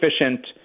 efficient